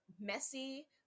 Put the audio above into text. messy